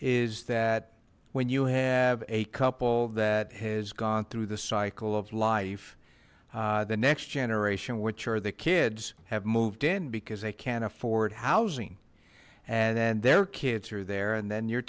is that when you have a couple that has gone through the cycle of life the next generation which are the kids have moved in because they can't afford housing and then their kids are there and then you're